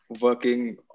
working